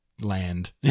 land